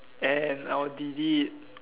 and I would delete